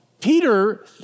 Peter